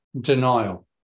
denial